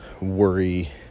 worry